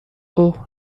اوه